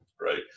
right